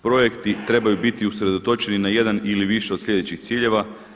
Projekti trebaju biti usredotočeni na jedan ili više sljedećih ciljeva.